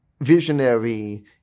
visionary